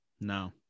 no